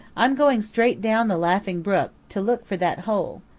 i'm going straight down the laughing brook to look for that hole,